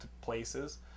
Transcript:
places